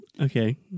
Okay